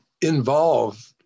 involved